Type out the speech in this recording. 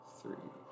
three